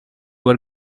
were